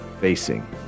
facing